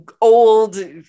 old